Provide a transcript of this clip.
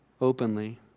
openly